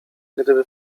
gdyby